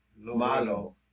Malo